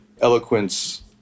eloquence